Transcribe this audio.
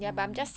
mm